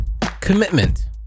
Commitment